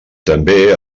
també